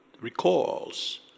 recalls